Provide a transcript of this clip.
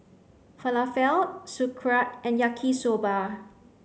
falafel sauerkraut and yaki soba